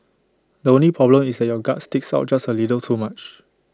the only problem is that your gut sticks out just A little too much